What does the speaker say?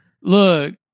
Look